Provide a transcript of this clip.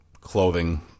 clothing